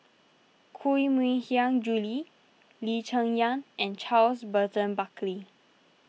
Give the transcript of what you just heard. Koh Mui Hiang Julie Lee Cheng Yan and Charles Burton Buckley